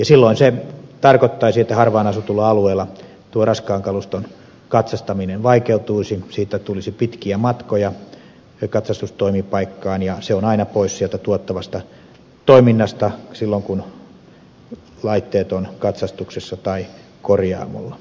silloin se tarkoittaisi että harvaan asutulla alueella tuon raskaan kaluston katsastaminen vaikeutuisi siitä tulisi pitkiä matkoja katsastustoimipaikkaan ja se on aina pois sieltä tuottavasta toiminnasta silloin kun laitteet ovat katsastuksessa tai korjaamolla